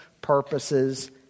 purposes